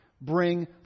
bring